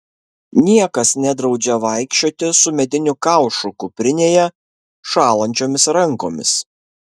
niekas nedraudžia vaikščioti su mediniu kaušu kuprinėje šąlančiomis rankomis